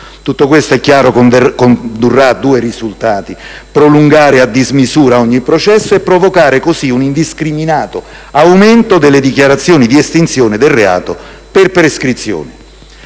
Tutto questo - è chiaro - condurrà a due risultati: prolungare a dismisura ogni processo e provocare un indiscriminato aumento delle dichiarazioni di estinzione del reato per prescrizione.